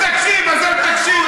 אז אל תקשיב.